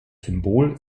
symbol